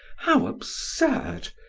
how absurd!